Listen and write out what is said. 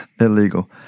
Illegal